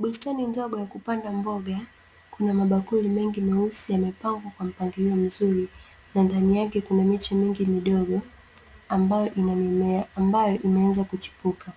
Bustani ndogo ya kupanda mboga, kuna mabakuli mengi meusi yamepangwa kwa mpangilio mzuri, na ndani yake kuna miche mingi midogo ambayo ina mimea ambayo imeanza kuchipuka.